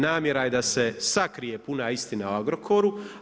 Namjera je da se sakrije puna istina o Agrokoru.